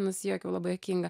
nusijuokiau labai juokinga